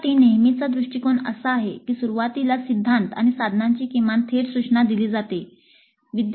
यासाठी नेहमीचा दृष्टीकोन असा आहे की सुरुवातीला सिद्धांत आणि साधनांची किमान थेट सूचना दिली जाते जसे मी नमूद केले आहे